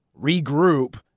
regroup